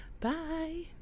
bye